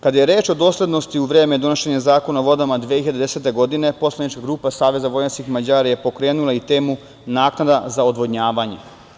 Kada je reč o doslednosti u vreme donošenja Zakona o vodama 2010. godine, poslanička grupa Saveza vojvođanskih Mađara je pokrenula i temu - naknada za odvodnjavanje.